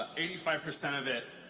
eighty five percent of it,